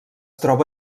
troba